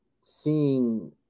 Seeing